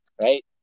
right